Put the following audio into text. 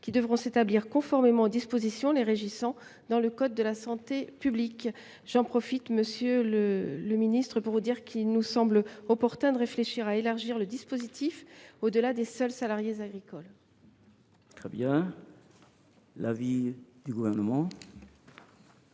qui devront s’établir conformément aux dispositions les régissant dans le code de la santé publique. J’en profite, monsieur le ministre, pour souligner qu’il nous semble opportun d’élargir le dispositif au delà des seuls salariés agricoles. Quel est l’avis du Gouvernement